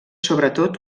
sobretot